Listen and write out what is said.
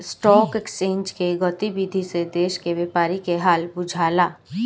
stock exchange के गतिविधि से देश के व्यापारी के हाल बुझला